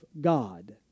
God